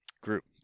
group